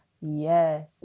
yes